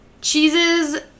Cheeses